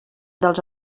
dels